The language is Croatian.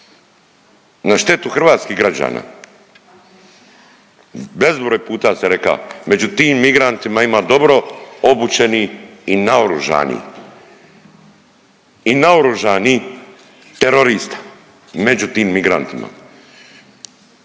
na štetu hrvatskih građana. Bezbroj puta sam reka, među tim migrantima ima dobro obučeni i naoružani i naoružani terorista među tim migrantima.